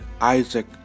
Isaac